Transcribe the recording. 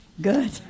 Good